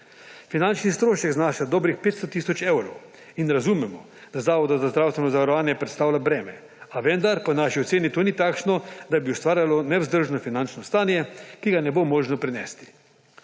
Finančni strošek znaša dobrih 500 tisoč evrov in razumemo, da Zavodu za zdravstveno zavarovanje predstavlja breme, a vendar po naši oceni to ni takšno, da bi ustvarjalo nevzdržno finančno stanje, ki ga ne bo možno prenesti.